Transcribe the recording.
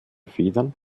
federn